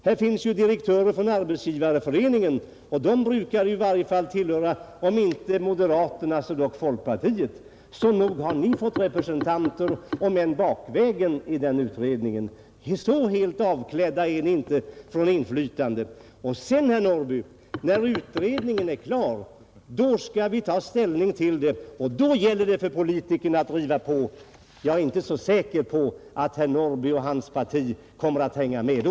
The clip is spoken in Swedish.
Där finns ju direktörer från Arbetsgivareföreningen, och de brukar i varje fall tillhöra om inte moderaterna så dock folkpartiet, så nog har ni fått in representanter, om än bakvägen, i den utredningen. Så helt avklädda är ni inte från inflytande. När utredningen är klar skall vi ta ställning till saken, och då gäller det för politikerna att driva på. Jag är inte så säker på att herr Norrby i Åkersberga och hans parti kommer att hänga med då.